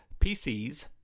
PCs